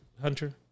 hunter